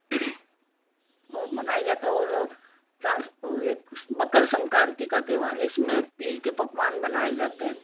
और मनाया जाता है और रा और एक मकर संक्राति का त्योहार इसमें तिल के पकवान बनाए जाते हैं